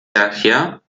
daher